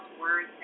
words